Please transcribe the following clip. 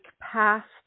past